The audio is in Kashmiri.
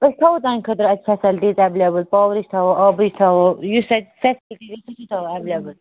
أسۍ تھاوو تٕہٕنٛدِ خٲطرٕ اَتہِ فٮ۪سَلٹیٖز اٮ۪ولیبٕل پاورٕچ تھاوو آبٕچ تھاوو یُس اَتہِ سُہ تہِ تھاوو اٮ۪ولیبٕل